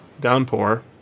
Downpour